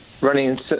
running